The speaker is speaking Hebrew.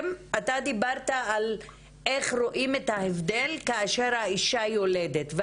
אתה דיברת על איך רואים את ההבדל כאשר האישה יולדת,